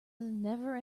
never